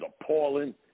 appalling